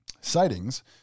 Sightings